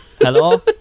Hello